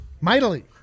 mightily